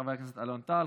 חבר הכנסת אלון טל,